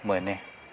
मोनो